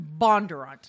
Bondurant